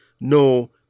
no